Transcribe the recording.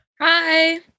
Hi